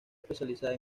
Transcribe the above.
especializada